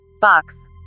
box